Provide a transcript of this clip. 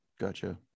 Gotcha